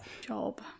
job